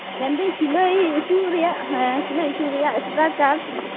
ᱢᱮᱱᱫᱟᱹᱧ ᱥᱤᱞᱟᱹᱭ ᱦᱚᱪᱚ ᱨᱮᱭᱟᱜ ᱦᱮᱸ ᱥᱤᱞᱟᱹᱭ ᱦᱚᱪᱚ ᱨᱮᱭᱟᱜ ᱮᱥᱴᱨᱟᱪᱟᱨ